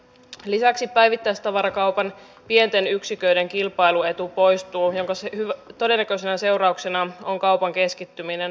lisäksi päivittäistavarakaupan pienten yksiköiden kilpailuetu poistuu minkä todennäköisenä seurauksena on kaupan keskittyminen